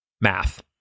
math